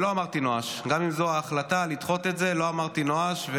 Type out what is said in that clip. לא אמרתי נואש.